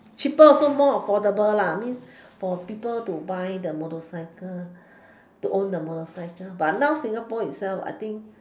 cheaper also more affordable I mean for people to buy the motorcycle to own the motorcycle but now singapore itself I think